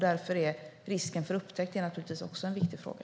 Därför är risken för upptäckt naturligtvis också en viktig fråga.